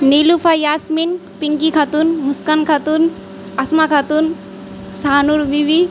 Nilufa Yasmin Pinki Khatun Muskan Khatun Asma Khatun Sahanur Bibi